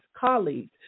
colleagues